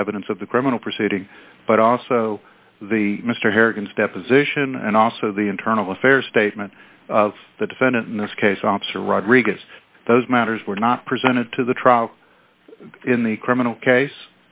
the evidence of the criminal proceeding but also the mr harrigan's deposition and also the internal affairs statement of the defendant in this case officer rodriguez those matters were not presented to the trial in the criminal case